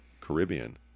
Caribbean